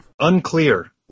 Unclear